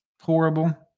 horrible